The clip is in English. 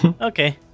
Okay